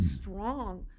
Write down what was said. strong